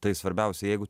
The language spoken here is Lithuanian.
tai svarbiausia jeigu